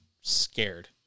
scared